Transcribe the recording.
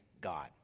God